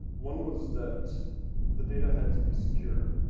one was that the data had to be secure.